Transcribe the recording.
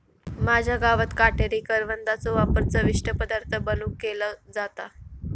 माझ्या गावात काटेरी करवंदाचो वापर चविष्ट पदार्थ बनवुक केलो जाता